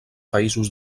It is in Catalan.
països